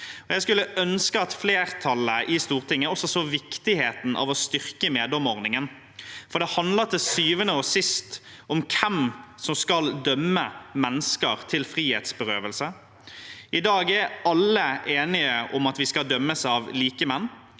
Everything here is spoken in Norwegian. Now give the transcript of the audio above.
Jeg skulle ønske at flertallet i Stortinget også så viktigheten av å styrke meddommerordningen, for det handler til syvende og sist om hvem som skal fradømme mennesker sin frihet. I dag er alle enige om at vi skal dømmes av likemenn.